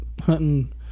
hunting